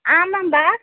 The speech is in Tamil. ஆமாம்பா